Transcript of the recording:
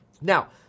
Now